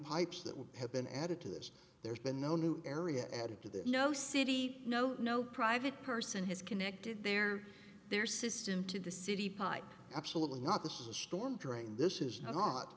pipes that would have been added to that there's been no new area added to that no city no no private person has connected their their system to the city pipe absolutely not this is a storm drain this is not